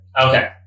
Okay